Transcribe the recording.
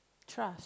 trust